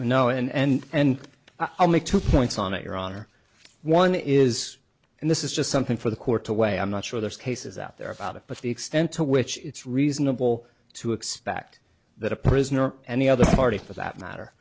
know and i'll make two points on it your honor one is and this is just something for the court to weigh i'm not sure there's cases out there about it but the extent to which it's reasonable to expect that a prisoner or any other party for that matter